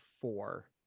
four